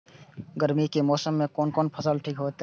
गर्मी के मौसम में कोन कोन फसल ठीक होते?